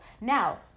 Now